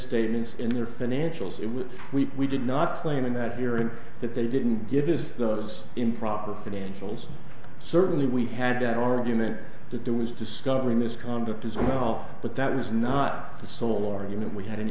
misstatements in their financials it was we we did not claim in that hearing that they didn't give us those improper financials certainly we had an argument that there was discovery misconduct as well but that was not the sole argument we had an